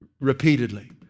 repeatedly